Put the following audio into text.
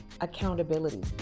accountability